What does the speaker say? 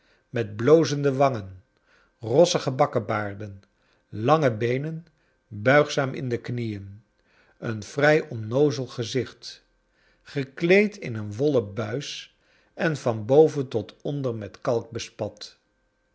met blozende wangen rossige bakkebaarden lange beenen buigzaam in de knieen een vrij onnoozel gezicht gekleed in een wollen buis en van boven tot onder met kalk bespat